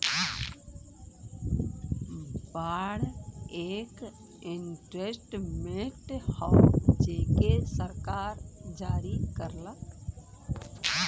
bond एक instrument हौ जेके सरकार जारी करला